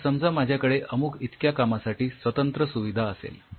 तर समजा माझ्याकडे अमुक इतक्या कामासाठी स्वतंत्र सुविधा असेल